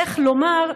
איך לומר,